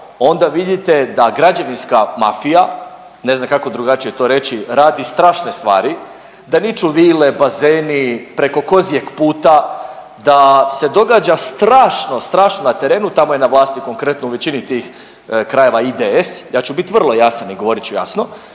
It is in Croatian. onda vidite da građevinska mafija, ne znam kako drugačije to reći radi strašne stvari da niču vile, bazeni preko kozjeg puta, da se događa strašno, strašno na terenu. Tamo je na vlasti konkretno u većini tih krajeva IDS. Ja ću biti vrlo jasan i govorit ću jasno,